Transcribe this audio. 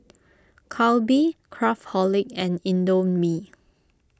Calbee Craftholic and Indomie